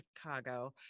Chicago